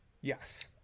Yes